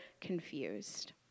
confused